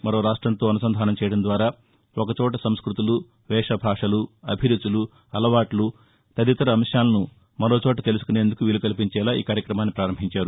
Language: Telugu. మరో రాష్ట్రంతో అనుసంధానం చేయడం ద్వారా ఒకచోట సంస్మృతులు వేష భాషలు అభిరుచులు అలవాట్లు తదితర అంశాలను మరోచొట తెలుసుకునేందుకు వీలు కల్పించేలా ఈ కార్యక్రమాన్ని ఫారంభించారు